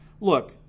look